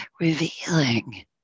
revealing